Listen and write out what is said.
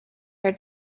her